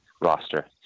roster